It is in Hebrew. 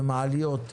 מעליות,